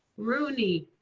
rooney.